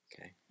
Okay